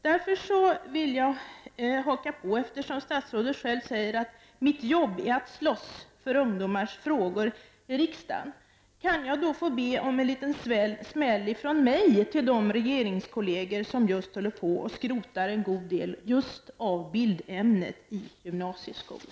Därför vill jag haka på när statsrådet säger: Mitt jobb är att slåss för ungdomars frågor i riksdagen. Kan jag få be om en liten smäll från mig till de regeringskolleger som just håller på att skrota en god del av just bildämnet i gymnasieskolan.